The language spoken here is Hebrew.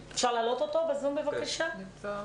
בבקשה.